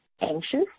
anxious